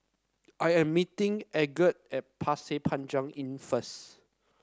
I am meeting Algot at Pasir Panjang Inn first